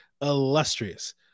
illustrious